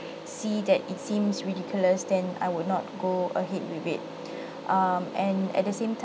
see that it seems ridiculous then I would not go ahead with it um and at the same time